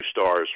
stars